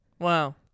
wow